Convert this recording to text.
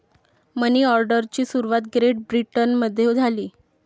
मनी ऑर्डरची सुरुवात ग्रेट ब्रिटनमध्ये झाली